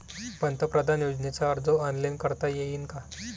पंतप्रधान योजनेचा अर्ज ऑनलाईन करता येईन का?